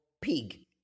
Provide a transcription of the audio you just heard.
pig